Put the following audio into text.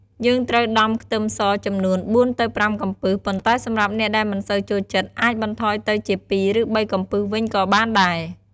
យើងត្រូវដំខ្ទឹមសចំនួន ៤ទៅ៥ កំពឹស ប៉ុន្តែសម្រាប់អ្នកដែលមិនសូវចូលចិត្ត អាចបន្ថយទៅជា ២ ឬ៣ កំពឹសវិញក៏បានដែរ។